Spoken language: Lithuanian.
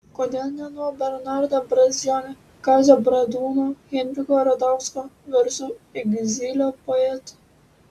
kodėl ne nuo bernardo brazdžionio kazio bradūno henriko radausko garsių egzilio poetų